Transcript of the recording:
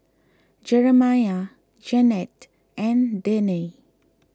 Jeramiah Jennette and Danae